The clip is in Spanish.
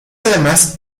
además